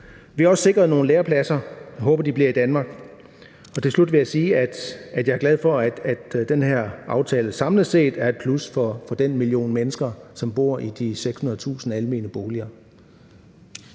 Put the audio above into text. Vi har også sikret nogle lærepladser, og jeg håber, at de bliver i Danmark. Til slut vil jeg sige, at jeg er glad for, at den her aftale samlet set er et plus for den million mennesker, som bor i de 600.000 almene boliger.